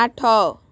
ଆଠ